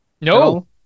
No